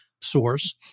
source